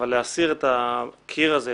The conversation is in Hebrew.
אבל להסיר את הקיר הזה,